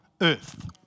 earth